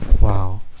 wow